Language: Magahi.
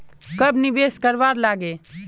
कब निवेश करवार लागे?